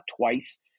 twice